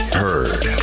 heard